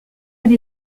elle